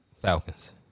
Falcons